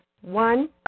One